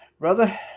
Brother